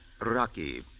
Rocky